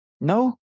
No